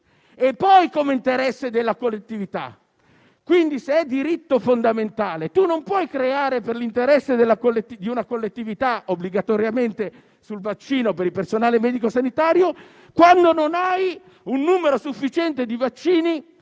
- poi - «come interesse della collettività». Quindi, se è diritto fondamentale, tu non puoi, per l'interesse della collettività, rendere obbligatorio il vaccino per il personale medico sanitario, quando non hai un numero sufficiente di vaccini